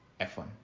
F1